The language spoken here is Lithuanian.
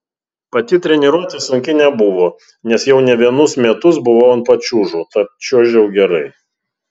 pati treniruotė sunki nebuvo nes jau ne vienus metus buvau ant pačiūžų tad čiuožiau gerai